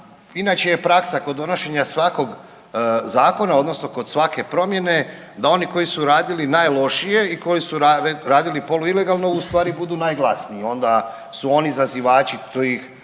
inače je praksa kod donošenja svakog zakona odnosno kod svake promjene da oni koji su radili najlošije i koji su radili poluilegalno u stvari budu najglasniji onda su oni zazivači tih